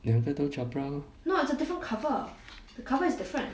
两个都 choc~ brown